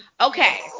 Okay